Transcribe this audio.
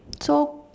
so